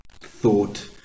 thought